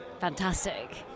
Fantastic